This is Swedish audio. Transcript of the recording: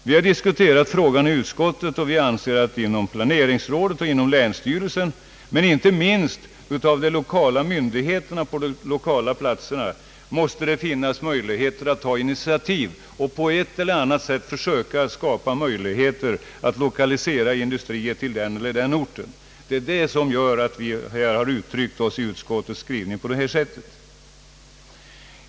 Vi har diskuterat denna fråga inom utskottet och har ansett att det är planeringsrådet och länsstyrelsen, men även de lokala myndigheterna på respektive platser som skall ta initiativ för att på ett eller annat sätt skapa möjlig heter att lokalisera industrier till orten i fråga. Detta är anledningen till att vi i utskottets skrivning uttryckt oss på detta sätt.